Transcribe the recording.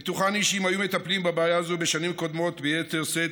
בטוחני שאם היו מטפלים בבעיה הזאת בשנים קודמות ביתר שאת,